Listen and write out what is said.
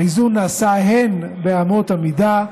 האיזון נעשה הן באמות המידה,